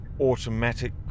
automatic